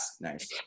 nice